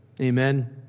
Amen